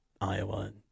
Iowa